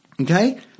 okay